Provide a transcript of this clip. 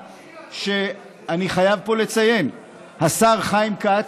אני חייב לציין פה שהשר חיים כץ,